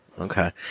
Okay